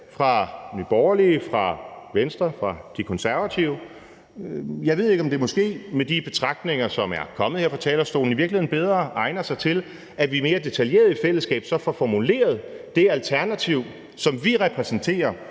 fra Nye Borgerlige, fra Venstre, fra De Konservative. Jeg ved ikke, om det måske med de betragtninger, som er kommet her fra talerstolen, i virkeligheden bedre egner sig til, at vi mere detaljeret i fællesskab så får formuleret det alternativ, som vi repræsenterer